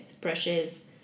brushes